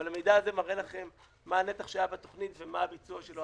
אבל המידע הזה מראה לכם מה הנתח שהיה בתוכנית ומה הביצוע שלו.